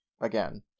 Again